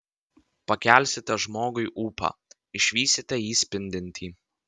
pakelsite žmogui ūpą išvysite jį spindintį